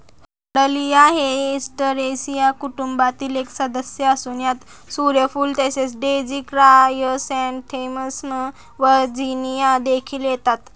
dahlia हे Asteraceae कुटुंबातील एक सदस्य असून यात सूर्यफूल तसेच डेझी क्रायसॅन्थेमम्स व झिनिया देखील येतात